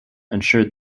ensured